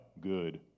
good